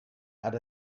had